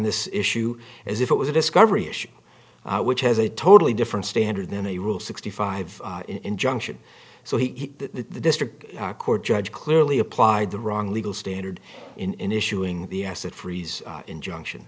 this issue as if it was a discovery issue which has a totally different standard than a rule sixty five injunction so he that the district court judge clearly applied the wrong legal standard in issuing the asset freeze injunction